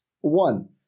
One